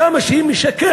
כמה היא משקרת,